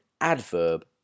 adverb